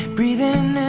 Breathing